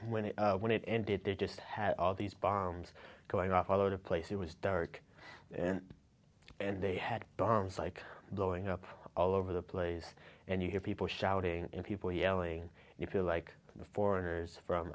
when it when it ended they just had all these bombs going off all over the place it was dark and and they had songs like blowing up all over the place and you hear people shouting and people yelling you feel like the foreigners from